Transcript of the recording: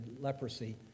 leprosy